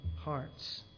hearts